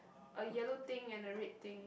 a yellow thing and a red thing